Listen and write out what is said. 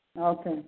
Okay